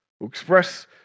express